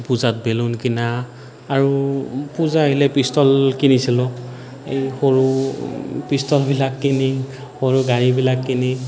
পূজাত বেলুন কিনা আৰু পূজা আহিলে পিষ্টল কিনিছিলোঁ এই সৰু পিষ্টলবিলাক কিনি সৰু গাড়ীবিলাক কিনি